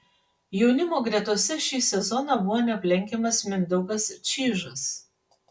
jaunimo gretose šį sezoną buvo neaplenkiamas mindaugas čyžas